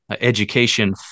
education